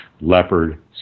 leopard